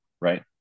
right